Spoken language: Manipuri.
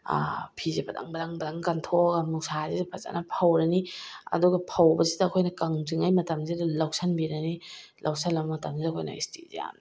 ꯐꯤꯁꯦ ꯕꯗꯪ ꯕꯗꯪ ꯕꯗꯪ ꯀꯟꯊꯣꯛꯑꯒ ꯅꯨꯡꯁꯥꯁꯤꯗ ꯐꯖꯅ ꯐꯧꯔꯅꯤ ꯑꯗꯨꯒ ꯐꯧꯕꯁꯤꯗ ꯑꯩꯈꯣꯏꯅ ꯀꯪꯗ꯭ꯔꯤꯉꯩ ꯃꯇꯝꯁꯤꯗ ꯂꯧꯁꯤꯟꯕꯤꯔꯅꯤ ꯂꯧꯁꯤꯜꯂ ꯃꯇꯝꯁꯤꯗ ꯑꯩꯈꯣꯏꯅ ꯏꯁꯇꯤꯁꯦ ꯌꯥꯝ